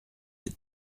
êtes